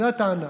זו הטענה.